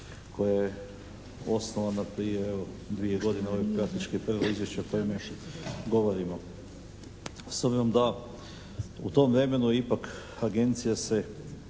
koja je osnovana prije evo 2 godine. Ovo je praktički prvo izvješće o kojemu govorimo. S obzirom da u tom vremenu ipak Agencija se